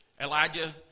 Elijah